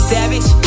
Savage